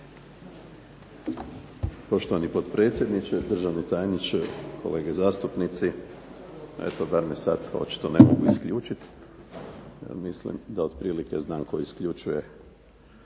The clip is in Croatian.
Poštovani potpredsjedniče, državni tajniče, kolege zastupnici. Eto bar me sad očito ne mogu isključit. Mislim da otprilike znam tko isključuje,